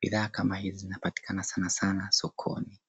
Bidhaa kama hizi zinapatikana sana sana sokoni.